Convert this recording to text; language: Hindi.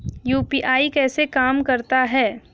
यू.पी.आई कैसे काम करता है?